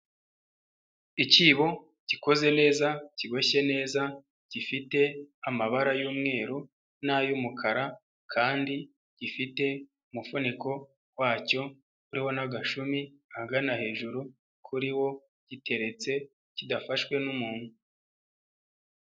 Ikibo gikoze neza, kiboshye neza, gifite amabara y'umweru n'ay'umukara kandi gifite umufuniko wacyo uriho n'agashumi ahagana hejuru kuri wo giteretse kidafashwe n'umuntu.